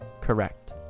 correct